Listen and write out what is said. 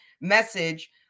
message